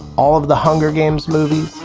all of the hunger games movies,